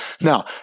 Now